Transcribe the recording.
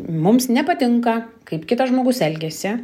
mums nepatinka kaip kitas žmogus elgiasi